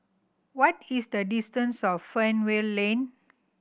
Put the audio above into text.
what is the distance Fernvale Lane